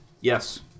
Yes